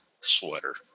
sweater